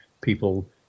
people